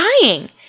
dying